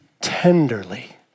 tenderly